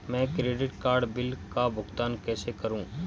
मैं credit card bill का भुगतान कैसे करूं?